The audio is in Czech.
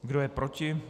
Kdo je proti?